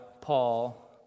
Paul